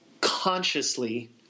consciously